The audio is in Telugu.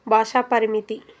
భాషా పరిమితి